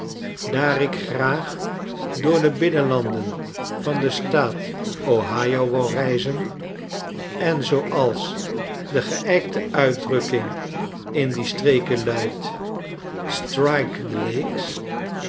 daar ik graag door de binnenlanden van den staat ohio wou reizen en zooals de geijkte uitdrukking in die strekenluidt